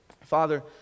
Father